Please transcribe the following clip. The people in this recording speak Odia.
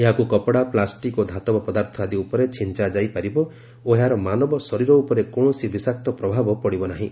ଏହାକୁ କପଡ଼ା ପ୍ଲାଷ୍ଟିକ୍ ଓ ଧାତବ ପଦାର୍ଥ ଆଦି ଉପରେ ଛିଞ୍ଚାଯାଇ ପାରିବ ଓ ଏହାର ମାନବ ଶରୀର ଉପରେ କୌଶସି ବିଶାକ୍ତ ପ୍ରଭାବ ପଡ଼ିବ ନାହିଁ